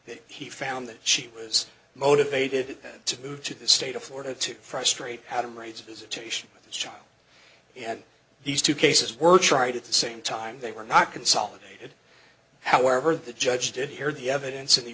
that he found that she was motivated to move to the state of florida to frustrate adam raise visitation with the child and these two cases were tried at the same time they were not consolidated however the judge did hear the evidence in the